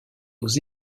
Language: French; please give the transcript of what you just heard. aux